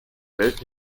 welt